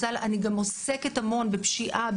אני גם עוסקת המון בפשיעה,